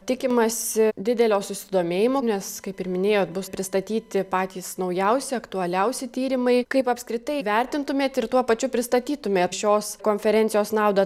tikimasi didelio susidomėjimo nes kaip ir minėjot bus pristatyti patys naujausi aktualiausi tyrimai kaip apskritai vertintumėt ir tuo pačiu pristatytumėt šios konferencijos naudą